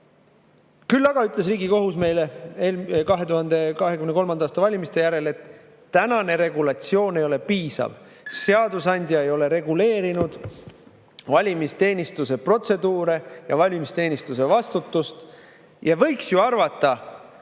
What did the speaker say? aga ütles Riigikohus meile 2023. aasta valimiste järel, et tänane regulatsioon ei ole piisav, seadusandja ei ole reguleerinud valimisteenistuse protseduure ja valimisteenistuse vastutust. Võiks ju arvata, et